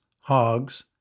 hogs